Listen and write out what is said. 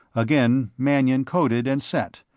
again mannion coded and sent,